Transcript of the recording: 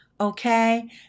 Okay